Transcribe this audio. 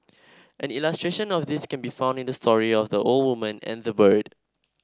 an illustration of this can be found in the story of the old woman and the bird